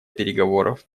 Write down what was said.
переговоров